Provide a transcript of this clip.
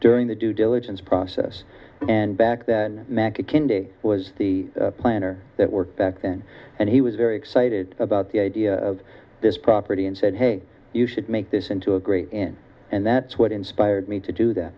during the due diligence process and back then mackin day was the planner that worked back then and he was very excited about the idea of this property and said hey you should make this into a great in and that's what inspired me to do that